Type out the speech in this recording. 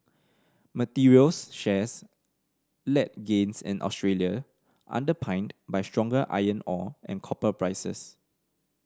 materials shares led gains in Australia underpinned by stronger iron ore and copper prices